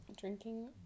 Drinking